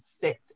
sit